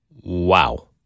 Wow